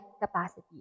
capacity